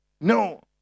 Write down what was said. no